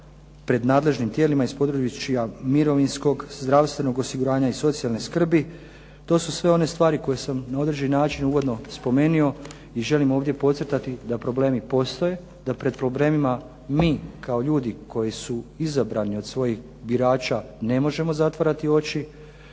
pred nadležnim tijelima iz područja mirovinskog, zdravstvenog osiguranja i socijalne skrbi, to su sve one stvari koje sam na određeni način uvodno spomenio i želim ovdje podcrtati da problemi postoje, da pred problemima mi kao ljudi koji su izabrani od svojih birača ne možemo zatvarati oči